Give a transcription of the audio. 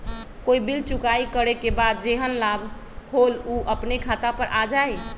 कोई बिल चुकाई करे के बाद जेहन लाभ होल उ अपने खाता पर आ जाई?